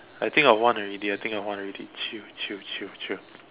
I think of one already I think of one already chill chill chill chill